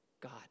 God